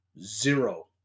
zero